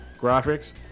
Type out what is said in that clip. graphics